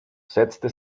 setzte